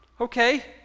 okay